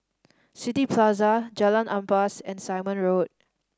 City Plaza Jalan Ampas and Simon Road